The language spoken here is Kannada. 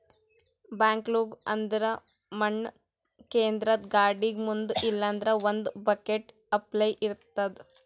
ಬ್ಯಾಕ್ಹೊ ಅಂದ್ರ ಮಣ್ಣ್ ಕೇದ್ರದ್ದ್ ಗಾಡಿಗ್ ಮುಂದ್ ಇಲ್ಲಂದ್ರ ಒಂದ್ ಬಕೆಟ್ ಅಪ್ಲೆ ಇರ್ತದ್